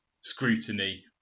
scrutiny